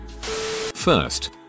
First